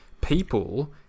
people